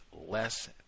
less